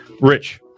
Rich